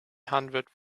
hundred